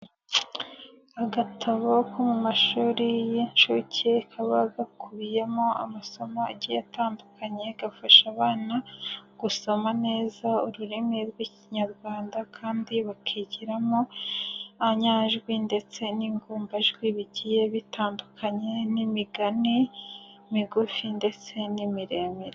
Agatabo ko mu mashuri y'incuke kaba gakubiyemo amasomo agiye atandukanye, gafasha abana gusoma neza ururimi rw'ikinyarwanda kandi bakigiramo inyajwi ndetse n'ingombajwi bigiye bitandukanye n'imigani migufi ndetse n'imiremire.